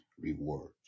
reward